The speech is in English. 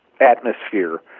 atmosphere